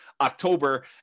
October